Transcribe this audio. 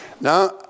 Now